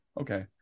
Okay